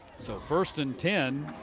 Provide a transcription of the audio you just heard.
so first and ten.